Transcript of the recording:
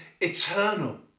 eternal